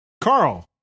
Carl